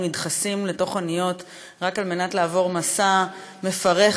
נדחסים לתוך אוניות רק על מנת לעבור מסע מפרך,